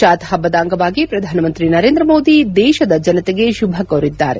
ಚಾತ್ ಹಬ್ಬದ ಅಂಗವಾಗಿ ಪ್ರಧಾನಮಂತ್ರಿ ನರೇಂದ್ರ ಮೋದಿ ದೇಶದ ಜನತೆಗೆ ಶುಭ ಕೋರಿದ್ದಾರೆ